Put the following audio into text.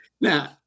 Now